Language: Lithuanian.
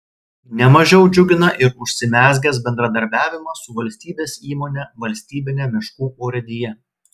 ne mažiau džiugina ir užsimezgęs bendradarbiavimas su valstybės įmone valstybine miškų urėdija